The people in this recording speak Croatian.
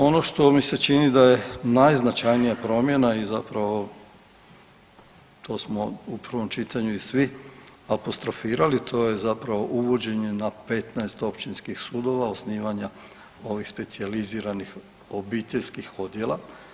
Ono što mi se čini da je najznačajnija promjena i zapravo to smo u prvom čitanju i svi apostrofirali, to je zapravo uvođenje na petnaest općinskih sudova osnivanja ovih specijaliziranih obiteljskih odjela.